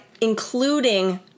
including